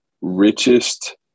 richest